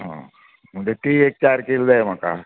म्हणल्यार ती एक चार कील जाय म्हाका